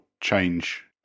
change